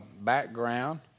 background